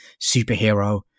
superhero